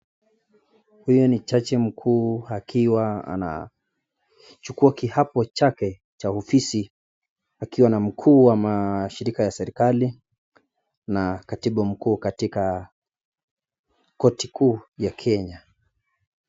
Huyu ni jaji mkuu akiwa anachukua kiapo chake cha ofisi akiwa na mkuu wa mashirika ya serikali na katibu mkuu katika koti kuu ya Kenya.